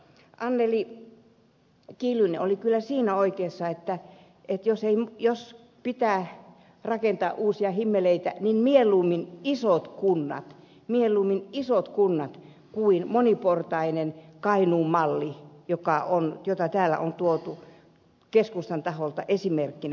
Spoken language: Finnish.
anneli kiljunen oli kyllä siinä oikeassa että jos pitää rakentaa uusia himmeleitä niin mieluummin isot kunnat kuin moniportainen kainuun malli jota täällä on tuotu keskustan taholta esimerkkinä